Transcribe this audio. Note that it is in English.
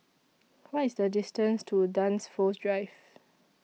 What IS The distance to Dunsfold Drive